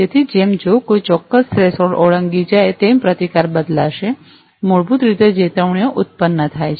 તેથી જેમ જો કોઈ ચોક્કસ થ્રેશોલ્ડ ઓળંગી જાય તેમ પ્રતિકાર બદલાશે મૂળભૂત રીતે ચેતવણીઓ ઉત્પન્ન થાય છે